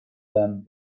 them